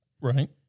Right